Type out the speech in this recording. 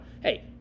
hey